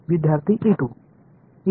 विद्यार्थी ई 2